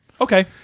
okay